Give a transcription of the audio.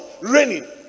raining